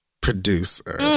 producer